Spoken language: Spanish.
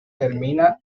termina